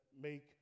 make